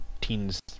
teens